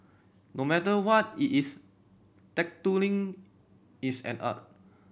no matter what it is tattooing is an art